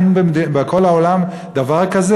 אין בכל העולם דבר כזה.